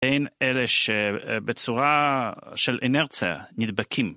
אין אלה שבצורה של אנרציה נדבקים.